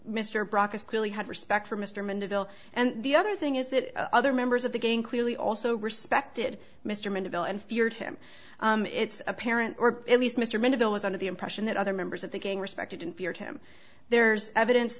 mr brock is clearly had respect for mr mandeville and the other thing is that other members of the gang clearly also respected mr mandeville and feared him it's apparent or at least mr mental was under the impression that other members of the gang respected and feared him there's evidence